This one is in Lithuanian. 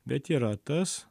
bet yra tas